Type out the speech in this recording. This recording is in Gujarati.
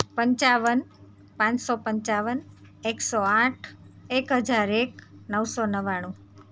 પંચાવન પાંચસો પંચાવન એકસો આઠ એક હજાર એક નવસો નવ્વાણું